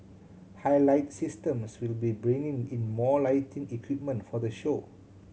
Highlight Systems will be bringing in more lighting equipment for the show